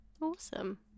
Awesome